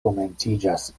komenciĝas